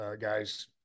guys